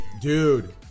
dude